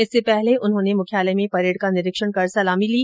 इससे पहले उन्होंने मुख्यालय में परेड का निरीक्षण कर सलामी ली